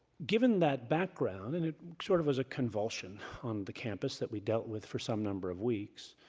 given that background, and it sort of was a convulsion on the campus that we dealt with for some number of weeks,